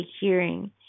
hearing